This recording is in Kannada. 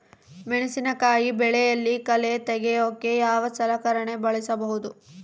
ಮೆಣಸಿನಕಾಯಿ ಬೆಳೆಯಲ್ಲಿ ಕಳೆ ತೆಗಿಯೋಕೆ ಯಾವ ಸಲಕರಣೆ ಬಳಸಬಹುದು?